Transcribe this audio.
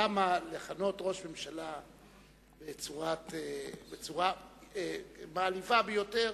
למה לכנות ראש ממשלה בצורה מעליבה ביותר,